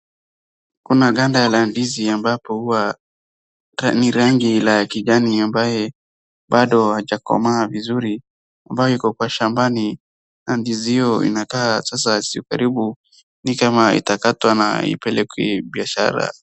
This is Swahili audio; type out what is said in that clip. Kuna ganda la ndizi ambapo huwa ni rangi la kijani ambaye bado hajakomaa vizuri. Ambayo iko kwa shambani. Ndizi hiyo inakaa sasa siku karibu ni kama itakatwa na ipelekwe biashara.